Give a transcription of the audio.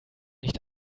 nicht